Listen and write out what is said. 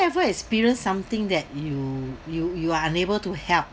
ever experience something that you you you are unable to help